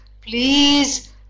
please